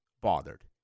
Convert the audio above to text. bothered